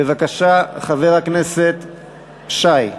בבקשה, חבר הכנסת שי.